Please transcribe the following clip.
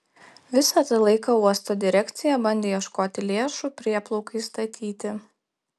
visą tą laiką uosto direkcija bandė ieškoti lėšų prieplaukai statyti